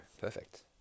perfect